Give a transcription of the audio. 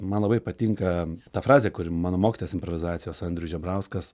man labai patinka ta frazė kuri mano mokytojas improvizacijos andrius žebrauskas